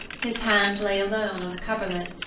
his hand lay alone on the coverlet,